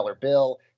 bill